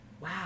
wow